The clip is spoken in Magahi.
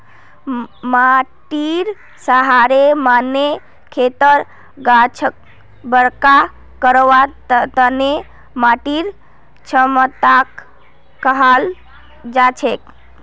माटीर सहारेर माने खेतर गाछक बरका करवार तने माटीर क्षमताक कहाल जाछेक